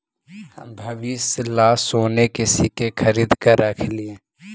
हम भविष्य ला सोने के सिक्के खरीद कर रख लिए